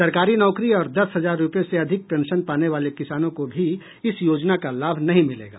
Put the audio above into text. सरकारी नौकरी और दस हजार रुपये से अधिक पेंशन पाने वाले किसानों को भी इस योजना का लाभ नहीं मिलेगा